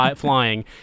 flying